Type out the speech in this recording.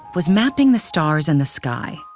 was mapping the stars in the sky.